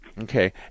Okay